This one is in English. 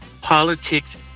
politics